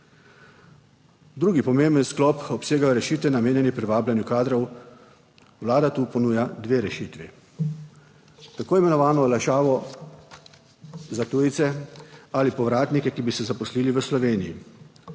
Drugi pomemben sklop obsega rešitve, namenjene privabljanju kadrov, Vlada tu ponuja dve rešitvi: tako imenovano olajšavo za tujce ali povratnike, ki bi se zaposlili v Sloveniji,